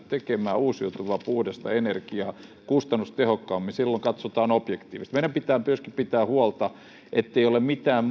tekemään uusiutuvaa puhdasta energiaa kustannustehokkaammin silloin katsotaan objektiivisesti meidän pitää myöskin pitää huolta ettei ole mitään